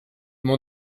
mon